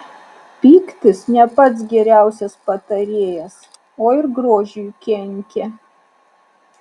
pyktis ne pats geriausias patarėjas o ir grožiui kenkia